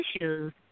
issues